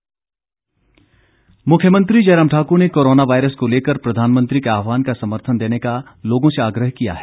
मुख्यमंत्री मुख्यमंत्री जयराम ठाकुर ने कोरोना वायरस को लेकर प्रधानमंत्री के आहवान का समर्थन देने का लोगों से आग्रह किया है